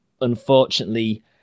unfortunately